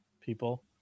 people